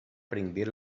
prender